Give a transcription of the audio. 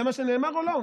זה מה שנאמר או לא?